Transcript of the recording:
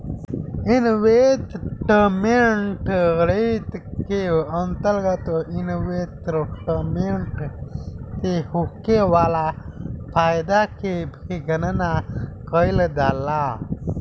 investment risk के अंतरगत investment से होखे वाला फायदा के भी गनना कईल जाला